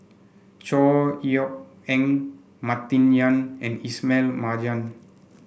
Chor Yeok Eng Martin Yan and Ismail Marjan